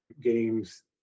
games